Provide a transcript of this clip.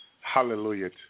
Hallelujah